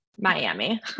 Miami